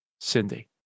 Cindy